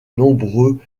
nombreux